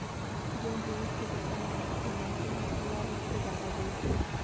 जेन जिनिस के जतका नांव होथे मनसे हर ओला ओतके जादा बउरथे